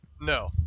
No